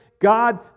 God